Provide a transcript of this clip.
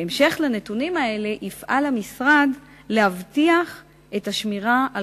בהמשך לנתונים האלה יפעל המשרד להבטיח את השמירה על